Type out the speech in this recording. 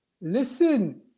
listen